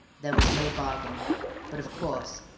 there was no bargain but, of course,